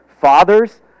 Fathers